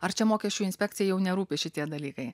ar čia mokesčių inspekcijai jau nerūpi šitie dalykai